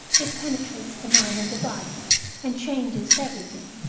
it penetrates the mind and the body and changes everything.